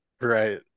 Right